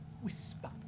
Whisper